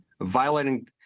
violating